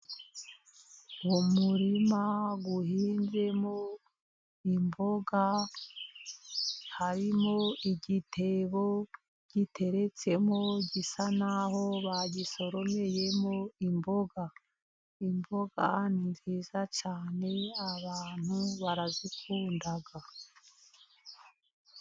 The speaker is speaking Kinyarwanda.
Umurima uhinzemo imboga, harimo igitebo gitereretsemo gisa naho bagisoromeyemo imboga, imboga ni nziza cyane abantu barazikunda.